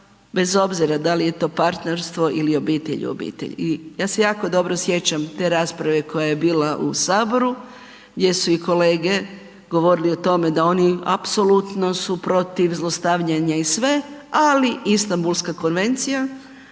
bez obzira da li je to partnerstvo ili obitelj obitelj i ja se jako dobro sjećam te rasprave koja je bila u HS gdje su i kolege govorili o tome da oni apsolutno su protiv zlostavljanja i sve, ali Istambulska konvencija